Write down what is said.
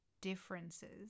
differences